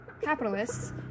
capitalists